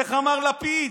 איך אמר לפיד?